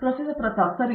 ಪ್ರತಾಪ್ ಹರಿಡೋಸ್ ಸರಿ ಸರಿ